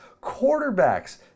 quarterbacks